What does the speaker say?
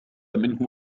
منه